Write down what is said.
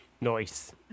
Nice